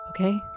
Okay